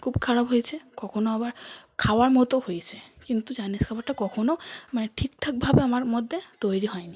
খুব খারাপ হয়েছে কখনও আবার খাওয়ার মতো হয়েছে কিন্তু চাইনিজ খাবারটা কখনও মানে ঠিক ঠাকভাবে আমার মধ্যে তৈরি হয় নি